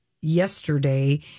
yesterday